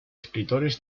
escritores